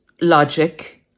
logic